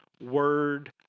word